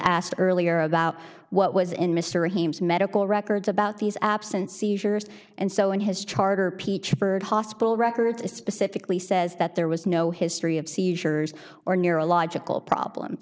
asked earlier about what was in mr hames medical records about these absence seizures and so in his chart or ph heard hospital records it specifically says that there was no history of seizures or neurological problems